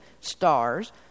stars